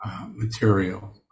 Material